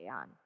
on